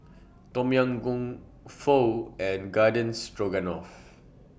Tom Yam Goong Pho and Garden Stroganoff